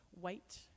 white